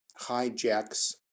hijacks